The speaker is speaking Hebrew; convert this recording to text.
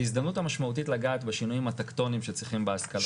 זו ההזדמנות המשמעותית לגעת בשינויים הטקטונים שצריכים בהשכלה הגבוהה.